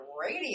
radio